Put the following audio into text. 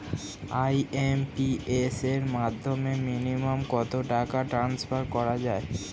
IMPS এর মাধ্যমে minimum কত টাকা ট্রান্সফার করা যায়?